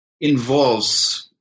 involves